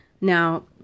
Now